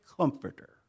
comforter